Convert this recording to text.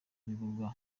bigurwa